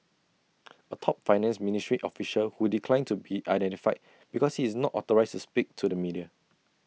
A top finance ministry official who declined to be identified because he is not authorised to speak to the media